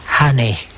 Honey